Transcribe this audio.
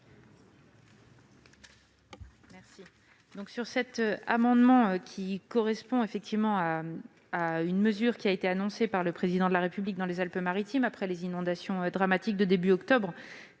? Cet amendement vise à traduire une mesure qui a été annoncée par le Président de la République dans les Alpes-Maritimes, après les inondations dramatiques de début octobre.